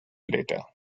data